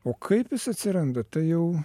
o kaip jis atsiranda tai jau